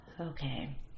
Okay